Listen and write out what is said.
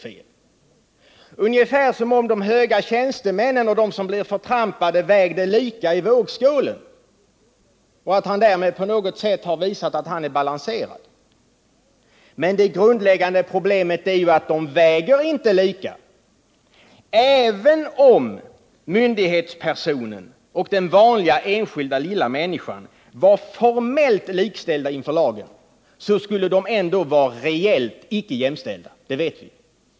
Han resonerar ungefär som om de höga tjänstemännen och de som blir förtrampade vägde lika i vågskålen och att han därmed på något sätt har visat att han är balanserad. Men det grundläggande problemet är att de inte väger lika. Även om myndighetspersonen och den vanliga enskilda lilla människan var formellt likställda inför lagen, skulle de ändå vara reellt icke jämställda — det vet vi.